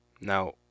Now